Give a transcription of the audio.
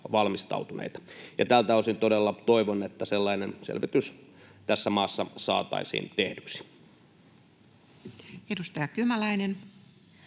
valmistautuneita. Ja tältä osin todella toivon, että sellainen selvitys tässä maassa saataisiin tehdyksi. [Speech